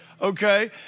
okay